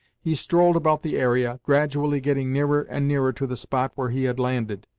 he strolled about the area, gradually getting nearer and nearer to the spot where he had landed,